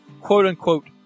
quote-unquote